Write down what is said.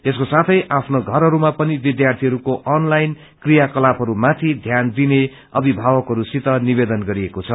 यसको साथै आफ्नो घरहस्मा पनि विद्यार्यीहस्को अनलाइन क्रियाकलापहरूमाथि ध्यान दिने अभिभावकहरूसित निवेदन गरिएको छ